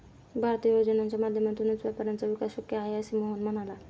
भारतीय योजनांच्या माध्यमातूनच व्यापाऱ्यांचा विकास शक्य आहे, असे मोहन म्हणाला